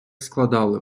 складали